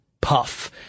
puff